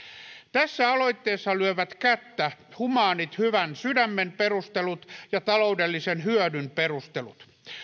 tässä aloitteessa lyövät kättä humaanit hyvän sydämen perustelut ja taloudellisen hyödyn perustelut